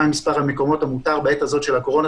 מה מספר המקומות המותר בעת הזאת של הקורונה,